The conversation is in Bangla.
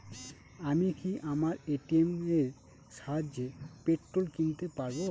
আমি কি আমার এ.টি.এম এর সাহায্যে পেট্রোল কিনতে পারব?